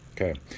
Okay